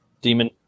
Demon